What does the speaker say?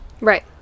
Right